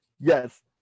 Yes